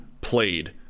played